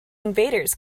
invaders